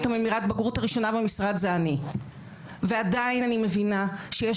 ממירת הבגרות הראשונה במשרד זה אני ועדיין אני מבינה שיש